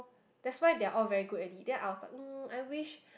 that's why they are all very good at it then I was like um I wish